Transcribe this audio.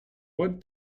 what